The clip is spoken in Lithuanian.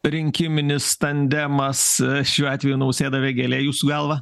rinkiminis tandemas šiuo atveju nausėda vėgėlė jūsų galva